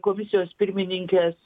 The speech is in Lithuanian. komisijos pirmininkės